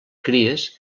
cries